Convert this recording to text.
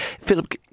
Philip